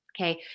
Okay